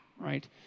right